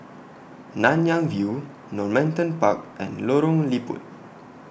Nanyang View Normanton Park and Lorong Liput